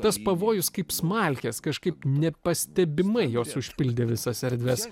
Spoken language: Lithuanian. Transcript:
tas pavojus kaip smalkės kažkaip nepastebimai jos užpildė visas erdves